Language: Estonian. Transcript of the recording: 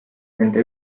nende